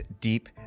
deep